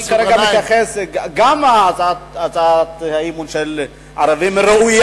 כרגע אני מתייחס, גם הצעת האי-אמון של הערבים ראוי